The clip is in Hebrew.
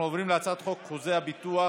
אנחנו עוברים להצעת חוק חוזה הביטוח